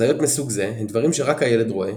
הזיות מסוג זה הן דברים שרק הילד רואה,